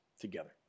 together